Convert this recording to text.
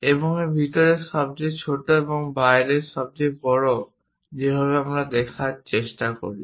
এবং ভিতরে সবচেয়ে ছোট এবং বাইরের সবচেয়ে বড়টি যেভাবে আমরা দেখার চেষ্টা করি